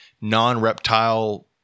non-reptile